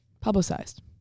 publicized